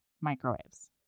microwaves